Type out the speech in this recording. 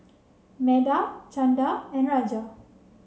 Medha Chanda and Raja